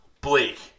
bleak